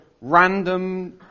random